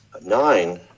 nine